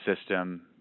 system